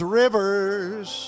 rivers